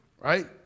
right